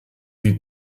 sie